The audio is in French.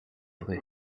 vrai